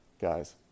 guys